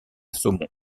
saumon